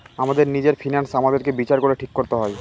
আমাদের নিজের ফিন্যান্স আমাদেরকে বিচার করে ঠিক করতে হয়